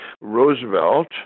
Roosevelt